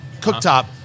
cooktop